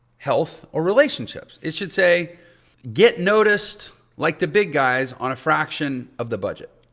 health or relationships. it should say get noticed like the big guys on a fraction of the budget.